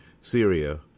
Syria